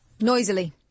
Noisily